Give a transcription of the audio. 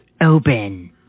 open